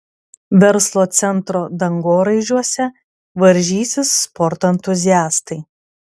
verslo centro dangoraižiuose varžysis sporto entuziastai